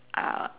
uh